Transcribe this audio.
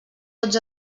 tots